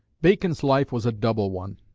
bacon's life was a double one.